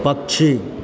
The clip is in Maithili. पक्षी